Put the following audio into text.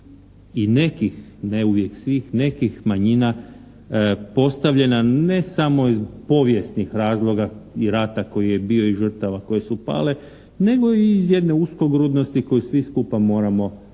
i nekih, ne uvijek svih, nekih manjina postavljena ne samo iz povijesnih razloga i rata koji je bio i žrtava koje su pale nego i iz jedne uskogrudnosti koju svi skupa moramo liječiti,